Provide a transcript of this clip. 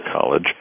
college